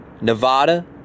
Nevada